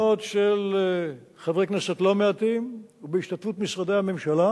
ביוזמות של חברי כנסת לא מעטים ובהשתתפות משרדי ממשלה,